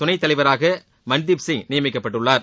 துணைத்தலைவராக மன்தீப்சிங் நியமிக்கப்பட்டுள்ளார்